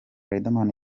riderman